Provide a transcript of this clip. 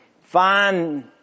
find